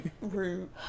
Rude